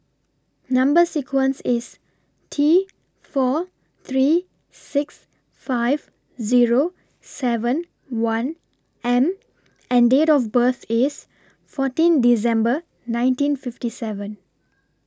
Number sequence IS T four three six five Zero seven one M and Date of birth IS fourteen December nineteen fifty seven